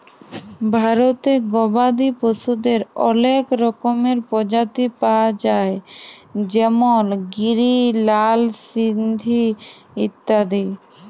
ভারতে গবাদি পশুদের অলেক রকমের প্রজাতি পায়া যায় যেমল গিরি, লাল সিন্ধি ইত্যাদি